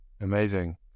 Amazing